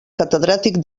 catedràtic